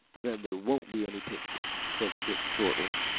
then there won't be any picture, said chip, shortly.